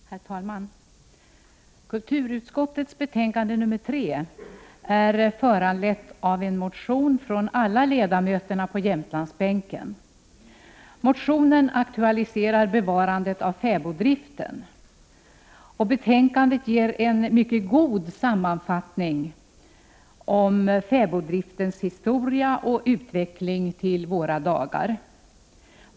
Herr talman! Kulturutskottets betänkande nr 3 är föranlett av en motion från alla ledamöterna på Jämtlandsbänken. Motionen aktualiserar bevarandet av fäboddriften. Betänkandet ger en mycket god sammanfattning av fäboddriftens historia och utveckling fram till våra dagar.